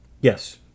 Yes